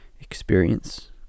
experience